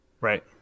Right